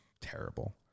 terrible